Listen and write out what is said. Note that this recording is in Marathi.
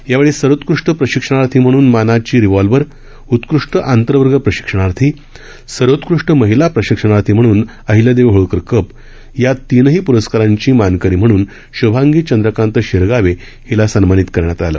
यावेळी सर्वोत्कृष्ट प्रशिक्षणार्थी म्हणून मानाची रिव्हॉल्वरउत्कृष्ट आंतरवर्ग प्रशिक्षणार्थी सर्वोत्कृष्ट महिला प्रशिक्षणार्थी म्हणून अहिल्यादेवी होळकर कप या तीनही प्रस्काराची मानकरी म्हणून श्भांगी चंद्रकांत शिरगावे हिला सन्मानित करण्यात आलं